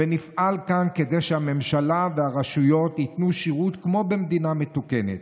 ונפעל כאן כדי שהממשלה והרשויות ייתנו שירות כמו במדינה מתוקנת.